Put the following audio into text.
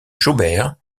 jaubert